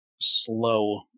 slow